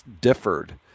differed